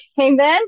Amen